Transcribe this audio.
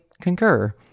concur